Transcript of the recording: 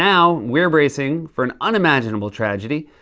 now we're bracing for an unimaginable tragedy.